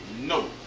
No